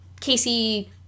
Casey